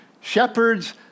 shepherds